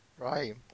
Right